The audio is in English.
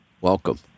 welcome